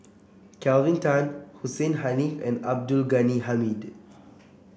Kelvin Tan Hussein Haniff and Abdul Ghani Hamid